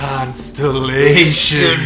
Constellation